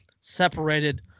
Separated